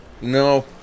No